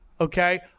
Okay